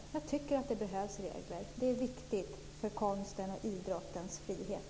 Jag tycker att det behövs regler. Det är viktigt för konstens och idrottens frihet.